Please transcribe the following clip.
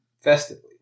Festively